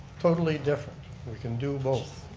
totally different, we can do both.